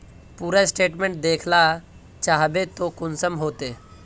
पूरा स्टेटमेंट देखला चाहबे तो कुंसम होते?